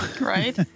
right